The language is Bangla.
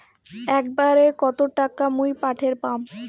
একবারে কত টাকা মুই পাঠের পাম?